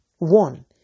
One